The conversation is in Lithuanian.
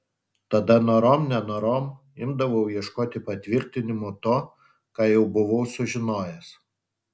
tada norom nenorom imdavau ieškoti patvirtinimų to ką jau buvau sužinojęs